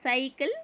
cycle